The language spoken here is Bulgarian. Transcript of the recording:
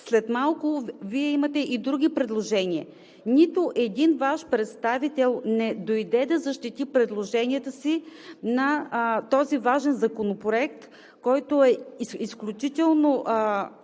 политика? Вие имате и други предложения. Нито един Ваш представител не дойде да защити предложенията си по този важен законопроект, който е изключително